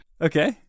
Okay